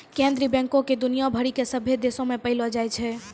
केन्द्रीय बैंको के दुनिया भरि के सभ्भे देशो मे पायलो जाय छै